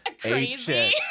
crazy